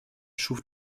schuf